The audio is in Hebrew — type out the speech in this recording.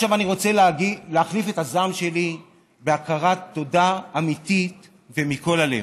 עכשיו אני רוצה להחליף את הזעם שלי בהכרת תודה אמיתית ומכל הלב,